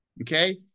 okay